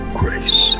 grace